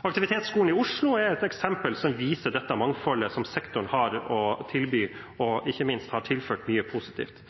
Aktivitetsskolen i Oslo er et eksempel som viser dette mangfoldet som sektoren har å tilby, og som ikke minst har tilført mye positivt.